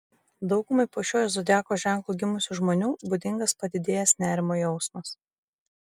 daugumai po šiuo zodiako ženklu gimusių žmonių būdingas padidėjęs nerimo jausmas